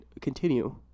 continue